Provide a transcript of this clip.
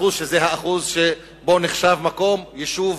ל-10%, שזה השיעור שבו נחשב יישוב